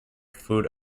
food